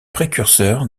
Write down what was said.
précurseur